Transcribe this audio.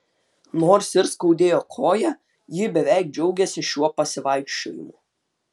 nors ir skaudėjo koją ji beveik džiaugėsi šiuo pasivaikščiojimu